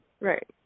Right